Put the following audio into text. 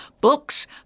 Books